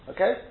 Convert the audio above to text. Okay